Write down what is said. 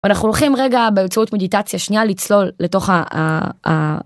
אנחנו הולכים רגע באמצעות מדיטציה שנייה לצלול לתוך.